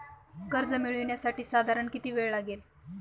कर्ज मिळविण्यासाठी साधारण किती वेळ लागेल?